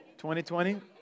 2020